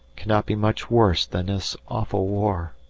cannot be much worse than this awful war.